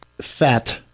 fat